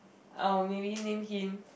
I'll maybe name him